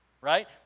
right